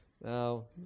Now